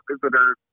visitors